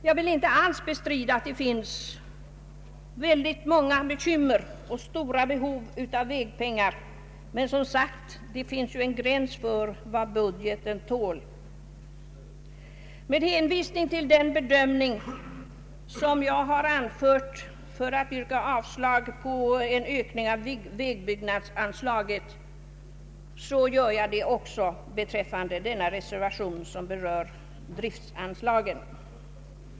Jag vill inte alls bestrida att det finns många bekymmer och stort behov av vägpengar, men det finns — som sagt — en gräns för vad budgeten tål. Herr talman! Med hänvisning till den bedömning som jag har anfört för att yrka avslag på begäran av en ökning av vägbyggnadsanslaget yrkar jag också avslag på den reservation, som berör driftsanslagen.